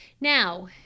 Now